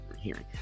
hearing